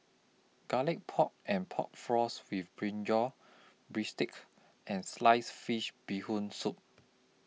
Garlic Pork and Pork Floss with Brinjal Bistake and Sliced Fish Bee Hoon Soup